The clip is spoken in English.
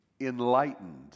enlightened